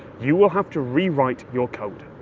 you'll have to rewrite your code.